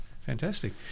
Fantastic